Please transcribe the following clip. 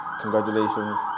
Congratulations